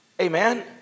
Amen